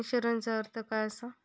इन्शुरन्सचो अर्थ काय असा?